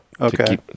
okay